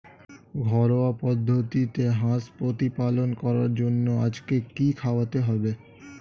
ঘরোয়া পদ্ধতিতে হাঁস প্রতিপালন করার জন্য আজকে কি খাওয়াতে হবে?